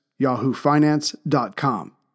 yahoofinance.com